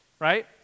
right